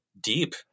deep